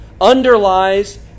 underlies